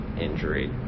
injury